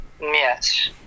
Yes